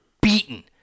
beaten